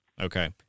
Okay